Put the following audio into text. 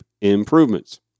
improvements